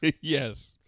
Yes